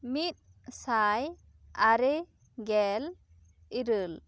ᱢᱤᱫ ᱥᱟᱭ ᱟᱨᱮ ᱜᱮᱞ ᱤᱨᱟᱹᱞ